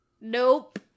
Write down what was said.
nope